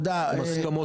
הן הסכמות פוליטיות.